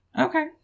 Okay